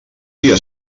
dia